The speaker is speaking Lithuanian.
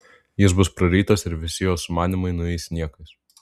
jis bus prarytas ir visi jos sumanymai nueis niekais